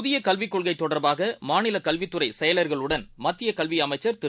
புதியகல்விக்கொள்கைதொடர்பாகமாநிலக்கல்வித்துறைச்செயலர்களுடன்மத்தியக ல்விஅமைச்சர்திரு